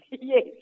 Yes